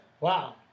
Wow